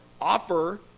offer